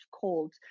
cold